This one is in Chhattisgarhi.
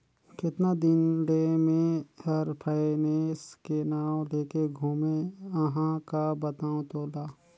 केतना दिन ले मे हर फायनेस के नाव लेके घूमें अहाँ का बतावं तोला